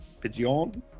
pigeon